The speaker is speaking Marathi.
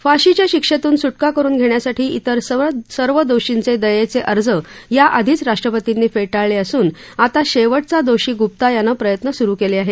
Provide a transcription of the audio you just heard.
फाशीच्या शिक्षेतून सुटका करुन घेण्यासाठी इतर सर्व दोर्षींचे दयेचे अर्ज याआधीच राष्ट्रपर्तींनी फेटाळले असून आता शेवटचा दोषी ग्प्ता यानं प्रयत्न सुरु केले आहेत